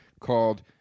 called